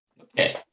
okay